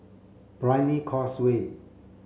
Brani Causeway